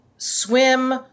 swim